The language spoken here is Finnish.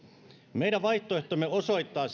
meidän vaihtoehtomme osoittaa